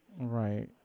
Right